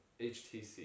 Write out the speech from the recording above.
HTC